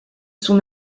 son